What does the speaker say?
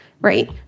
right